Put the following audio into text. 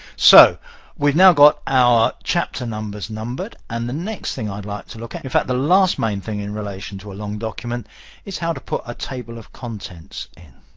so we've now got our chapter numbers numbered and the next thing i'd like to look at, in fact the last main thing in relation to a long document is how to put a table of contents in.